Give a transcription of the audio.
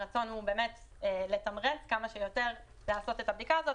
הרצון הוא באמת לתמרץ כמה שיותר לעשות את הבדיקה הזאת,